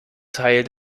teil